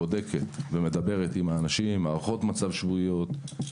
בודקת ומדברת עם האנשים; מבצעת הערכות מצב שבועיות,